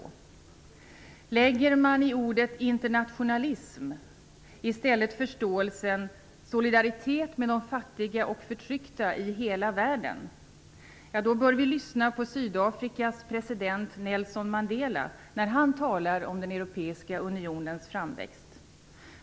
Men lägger man i ordet internationalism i stället förståelsen solidaritet med de fattiga och förtryckta i hela världen, då bör vi lyssna på Sydafrikas president Nelson Mandela, när han talar om den europeiska unionens framväxt.